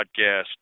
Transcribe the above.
podcast